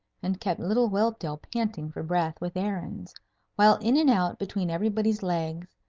and kept little whelpdale panting for breath with errands while in and out, between everybody's legs,